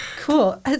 Cool